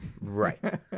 Right